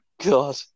God